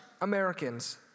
Americans